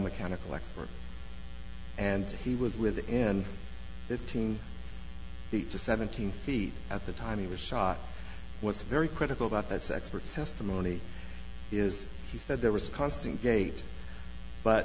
biomechanical expert and he was with in fifteen to seventeen feet at the time he was shot what's very critical about that's expert testimony is he said there was constant gate but